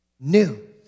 new